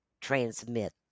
transmit